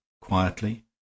quietly